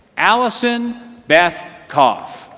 alison beth coff